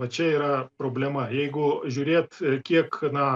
va čia yra problema jeigu žiūrėt ir kiek na